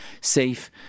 safe